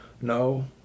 No